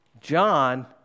John